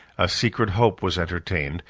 a secret hope was entertained,